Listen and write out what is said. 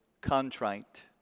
contrite